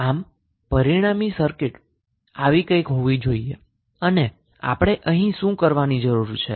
આમ પરિણામી સર્કિટ આવી કંઈક હોવી જોઈએ અને આપણે અહીં શું કરવાની જરૂર છે